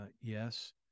yes